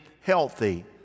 healthy